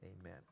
Amen